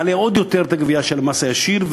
מעלה עוד יותר את הגבייה של המס הישיר,